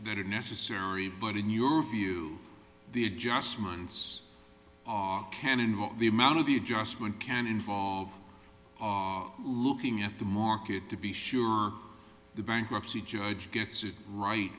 that are necessary but in your view the adjustments are can involve the amount of the adjustment can involve are looking at the market to be sure the bankruptcy judge gets it right